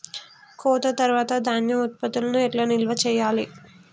కోత తర్వాత ధాన్యం ఉత్పత్తులను ఎట్లా నిల్వ చేయాలి?